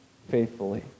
Faithfully